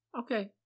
Okay